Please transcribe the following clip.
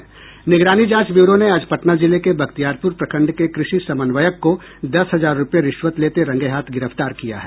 निगरानी जांच ब्यूरो ने आज पटना जिले के बख्तियारपुर प्रखंड के कृषि समन्वयक को दस हजार रुपये रिश्वत लेते रंगे हाथ गिरफ्तार किया है